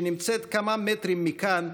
שנמצאת כמה מטרים מכאן,